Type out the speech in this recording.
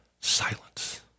silence